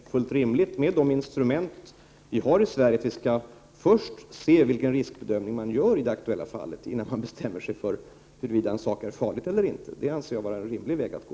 Herr talman! Jag tycker att det är fullt rimligt, med de instrument vi har i Sverige, att vi först skall se vilken riskbedömning man gör i det aktuella fallet innan vi bestämmer oss för huruvida en sak är farlig eller inte. Det anser jag vara en rimlig väg att gå.